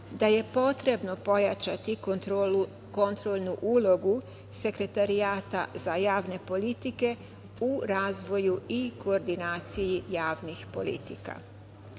da je potrebno pojačati kontrolnu ulogu Sekretarijata za javne politike u razvoju i koordinaciji javnih politika.U